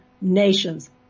nations